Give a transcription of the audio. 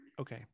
Okay